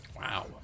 Wow